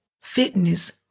fitness